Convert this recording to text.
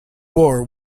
war